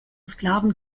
sklaven